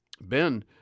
Ben